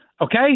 Okay